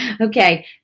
Okay